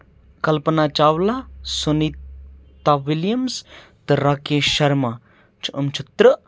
کلپنا Chawla Sunita Williams تہٕ راکیش شرما چھِ أمۍ چھِ تٕرٛہ